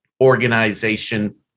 organization